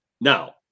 Now